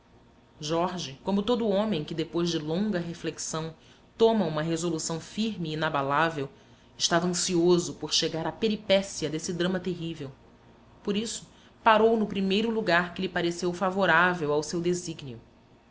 jorge como todo homem que depois de longa reflexão toma uma resolução firme e inabalável estava ansioso por chegar à peripécia desse drama terrível por isso parou no primeiro lugar que lhe pareceu favorável ao seu desígnio